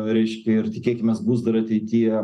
reiškia ir tikėkimės bus dar ateityje